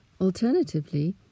Alternatively